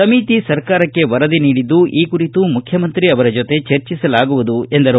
ಸಮಿತಿ ಸರ್ಕಾರಕ್ಕೆ ವರದಿ ನೀಡಿದ್ದು ಮುಖ್ಯಮಂತ್ರಿ ಜೊತೆ ಚರ್ಚಿಸಲಾಗುವುದು ಎಂದರು